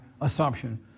assumption